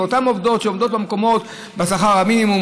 אותן עובדות שעובדות במקומות עם שכר מינימום,